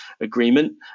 agreement